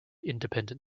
independent